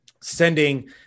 sending